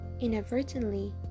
inadvertently